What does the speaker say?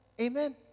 amen